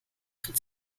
von